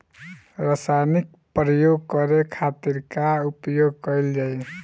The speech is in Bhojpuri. रसायनिक प्रयोग करे खातिर का उपयोग कईल जाइ?